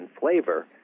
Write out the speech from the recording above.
flavor